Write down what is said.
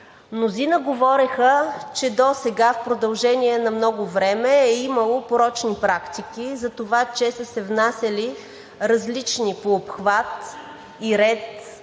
Мнозина говореха, че досега в продължение на много време е имало порочни практики за това, че са се внасяли различни по обхват и ред предложения,